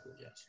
Yes